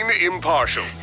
impartial